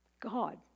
God